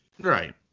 right